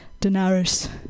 Daenerys